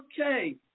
okay